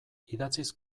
idatziz